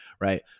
right